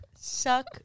Suck